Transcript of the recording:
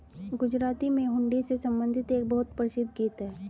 गुजराती में हुंडी से संबंधित एक बहुत प्रसिद्ध गीत हैं